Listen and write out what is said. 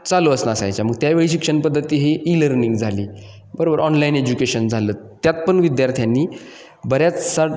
चालू च नसायच्या मग त्यावेळी शिक्षण पद्धती ही ई लर्निंग झाली बरोबर ऑनलाईन एज्युकेशन झालं त्यात पन विद्यार्थ्यांनी बऱ्याचसाट